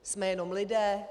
Jsme jenom lidé.